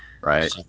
Right